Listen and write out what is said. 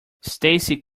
stacey